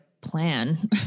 plan